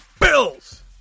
Bills